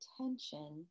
attention